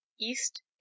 east